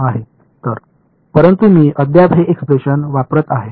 तर परंतु मी अद्याप हे एक्सप्रेशन वापरत आहे